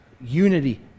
unity